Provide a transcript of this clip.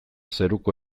zeruko